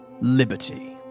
liberty